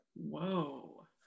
Whoa